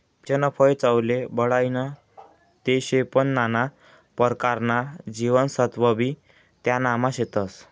पीचनं फय चवले बढाईनं ते शे पन नाना परकारना जीवनसत्वबी त्यानामा शेतस